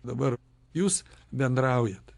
dabar jūs bendraujat